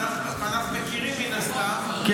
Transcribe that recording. ואנחנו מכירים מן הסתם,